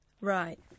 Right